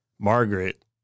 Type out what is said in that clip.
Margaret